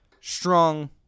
strong